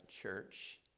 church